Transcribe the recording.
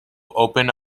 open